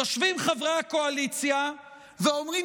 יושבים חברי הקואליציה ואומרים